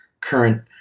current